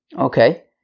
Okay